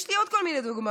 יש לי עוד כול מיני דוגמאות,